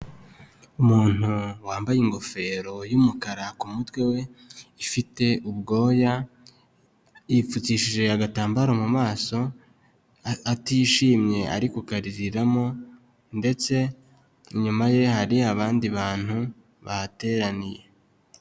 Umuntu wambaye ingofero y'umukara ku mutwe we ifite ubwoya, yipfukishije agatambaro mu maso atishimye ari kukaririramo, ndetse inyuma ye hari abandi bantu bahateraniye.